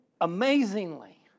amazingly